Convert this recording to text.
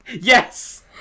Yes